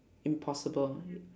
impossible